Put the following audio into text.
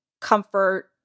comfort